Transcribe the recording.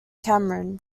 cameron